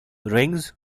rings